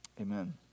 Amen